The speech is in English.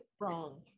wrong